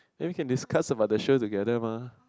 then we can discuss about the show together mah